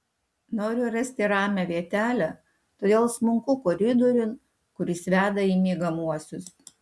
noriu rasti ramią vietelę todėl smunku koridoriun kuris veda į miegamuosius